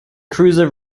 cruiser